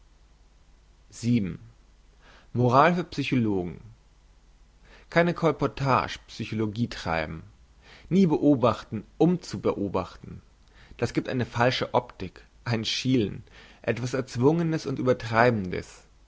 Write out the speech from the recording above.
moral für psychologen keine colportage psychologie treiben nie beobachten um zu beobachten das giebt eine falsche optik ein schielen etwas erzwungenes und übertreibendes